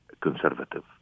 conservative